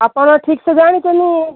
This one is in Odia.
ଆପଣ ଠିକ୍ ସେ ଜାଣିଛନ୍ତି